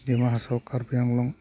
Dima Hasao Karbi Anglong